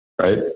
right